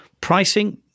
Pricing